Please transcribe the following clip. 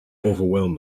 overwhelmed